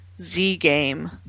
Z-game